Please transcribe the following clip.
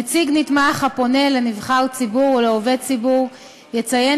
נציג נתמך הפונה לנבחר ציבור או לעובד ציבור יציין